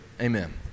amen